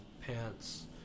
pants